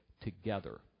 together